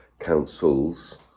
Councils